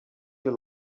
your